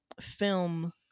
film